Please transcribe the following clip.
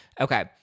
Okay